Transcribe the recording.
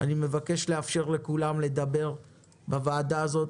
אני מבקש לאפשר לכולם לדבר בוועדה הזאת.